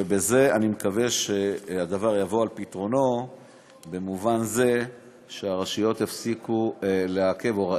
ובזה אני מקווה שהדבר יבוא על פתרונו במובן זה שהרשויות יפסיקו לעכב,